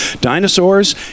dinosaurs